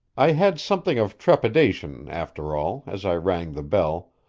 i had something of trepidation, after all, as i rang the bell,